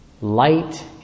light